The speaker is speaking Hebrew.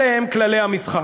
אלה הם כללי המשחק.